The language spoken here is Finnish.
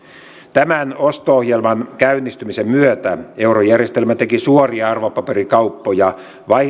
tämän osto ohjelman käynnistymisen myötä eurojärjestelmä teki suoria arvopaperikauppoja